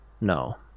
no